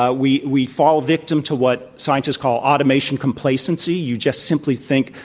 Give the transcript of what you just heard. ah we we fall victim to what scientists call automation complacency. you just simply think,